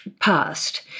past